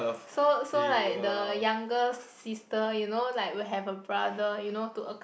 so so like the younger sister you know like will have a brother you know to accom~